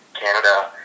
Canada